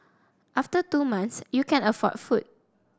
after two months you can afford food